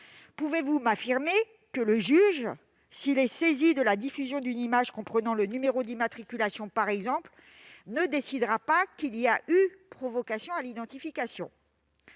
Pouvez-vous m'assurer que le juge, s'il est saisi de la diffusion d'une image comprenant le numéro d'immatriculation d'un agent, par exemple, ne décidera pas qu'il y a eu provocation à l'identification ?